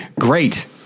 great